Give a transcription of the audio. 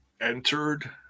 entered